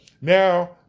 Now